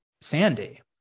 Sandy